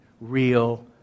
real